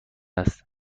است